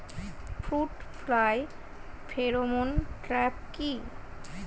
Fruit fly pheromone trap কি?